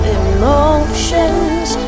emotions